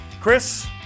Chris